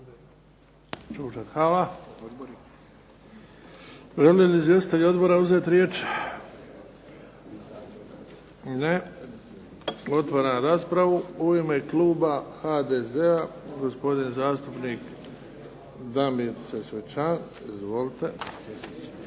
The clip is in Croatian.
Hvala. Žele li izvjestitelji odbora uzeti riječ? Ne. Otvaram raspravu. U ime kluba HDZ-a, gospodin zastupnik Damir Sesvečan. Izvolite.